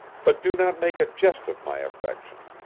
but do not make a jest of my affection.